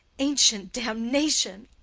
ancient damnation!